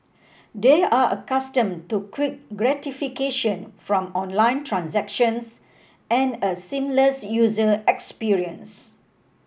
they are accustomed to quick gratification from online transactions and a seamless user experience